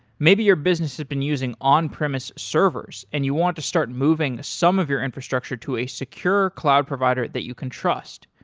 maybe your business had been using on-premise servers and you want to start moving some of your infrastructure to a secure cloud provider that you can trust.